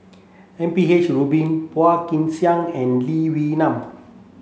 M P H Rubin Phua Kin Siang and Lee Wee Nam